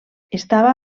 estava